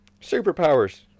Superpowers